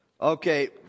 Okay